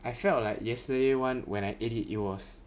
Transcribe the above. I felt like yesterday one when I ate he was